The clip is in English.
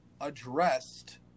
addressed